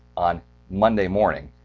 on monday morning,